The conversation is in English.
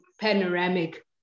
panoramic